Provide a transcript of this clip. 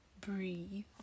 breathe